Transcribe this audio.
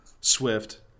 Swift